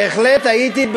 בהחלט הייתי,